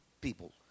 people